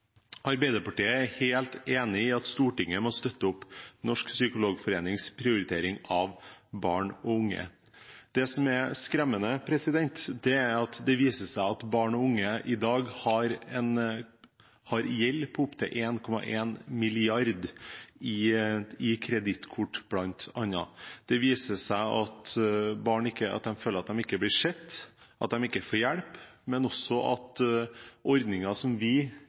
Stortinget må støtte opp om Norsk Psykologforenings prioritering av barn og unge. Det som er skremmende, er at det viser seg at barn og unge i dag har gjeld, bl.a. kredittkortgjeld, på opptil 1,1 mrd. kr. Det viser seg at barn og unge føler at de ikke blir sett, at de ikke får hjelp, men også at ordninger som vi